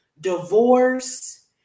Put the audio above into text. divorce